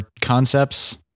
concepts